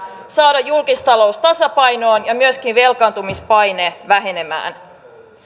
saada julkistalous tasapainoon ja myöskin velkaantumispaine vähenemään